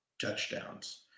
touchdowns